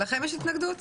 לכם יש התנגדות?